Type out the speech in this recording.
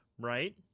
right